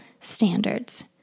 standards